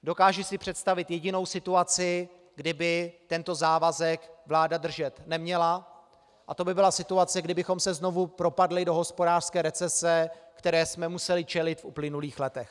Dokážu si představit jedinou situaci, kdy by tento závazek vláda dodržet neměla, a to by byla situace, kdybychom se znovu propadli do hospodářské recese, které jsme museli čelit v uplynulých letech.